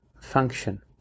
function